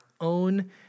own